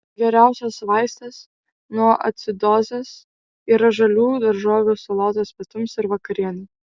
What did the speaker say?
geriausias vaistas nuo acidozės yra žalių daržovių salotos pietums ir vakarienei